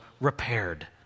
repaired